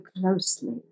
closely